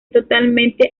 totalmente